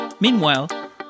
meanwhile